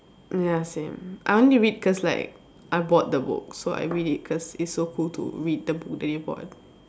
ya same I only to read cause like I bought the book so I read it cause it's so cool to read the book that you bought